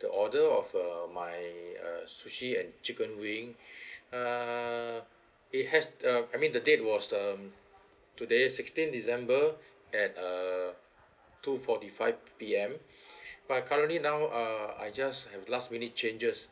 the order of uh my uh sushi and chicken wing err it has uh I mean the date was um today's sixteenth december at err two forty five P_M but currently now uh I just have last minute changes